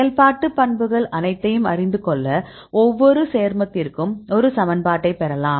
செயல்பாட்டு பண்புகள் அனைத்தையும் அறிந்து கொள்ள ஒவ்வொரு சேர்மத்திற்கும் ஒரு சமன்பாட்டைப் பெறலாம்